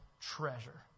treasure